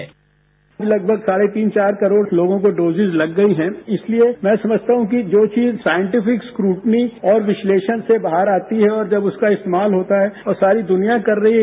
bite लगभग साढ़े तीन चार करोड़ लोगों को डोजिज लग गई हैं इसलिए मैं समझता हूं कि जो चीज साइटिफिक स्क्रूटनी और विश्लेषण से बाहर आती है और जब उसका इस्तेमाल होता है और सारीदुनिया कर रही है